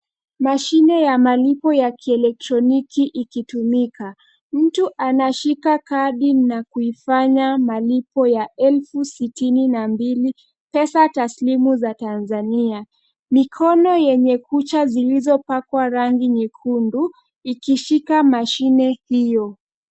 Mashine ya malipo ya kielektroniki ikitumika. Mtu anashika kadi na kuifanya malipo ya elfu sitini na mbili pesa taslimu za Tanzania. Mikono yenye kucha zilizopakwa rangi nyekundu ikishika mashine hio.